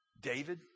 David